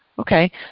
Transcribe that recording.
Okay